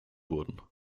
wurden